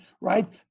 right